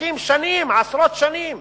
נאבקים שנים, עשרות שנים,